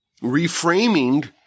reframing